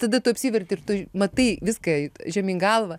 tada tu apsiverti ir tu matai viską žemyn galva